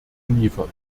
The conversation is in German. geliefert